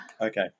Okay